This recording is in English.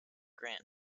grant